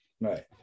Right